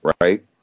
Right